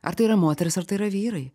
ar tai yra moterys ar tai yra vyrai